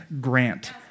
Grant